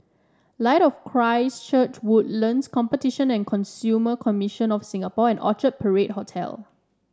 Light of Christ Church Woodlands Competition and Consumer Commission of Singapore and Orchard Parade Hotel